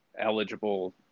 eligible